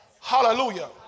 Hallelujah